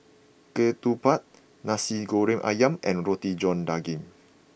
Ketupat Nasi Goreng Ayam and Roti John Daging